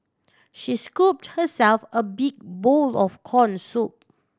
she scooped herself a big bowl of corn soup